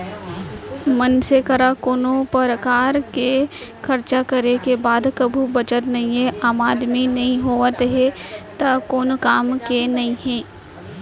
मनसे करा कोनो परकार के खरचा करे के बाद कभू बचत नइये, आमदनी नइ होवत हे त कोन काम के नइ हे